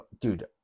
Dude